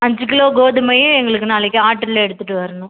அஞ்சு கிலோ கோதுமையும் எங்களுக்கு நாளைக்கு ஆர்டரில் எடுத்துகிட்டு வரணும்